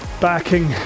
backing